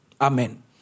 Amen